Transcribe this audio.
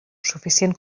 suficient